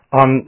on